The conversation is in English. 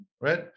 right